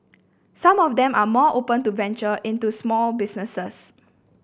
some of them are more open to venture into small businesses